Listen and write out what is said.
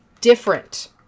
different